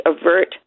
avert